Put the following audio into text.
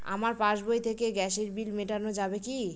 আমার পাসবই থেকে গ্যাসের বিল মেটানো যাবে কি?